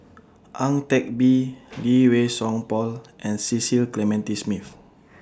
Ang Teck Bee Lee Wei Song Paul and Cecil Clementi Smith